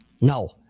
no